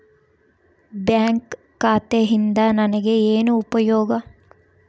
Bank ಖಾತೆಯಿಂದ ನನಗೆ ಏನು ಉಪಯೋಗ?